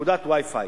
נקודת Wi-Fi.